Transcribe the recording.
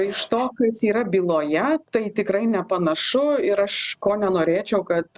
iš to kas yra byloje tai tikrai nepanašu ir aš ko nenorėčiau kad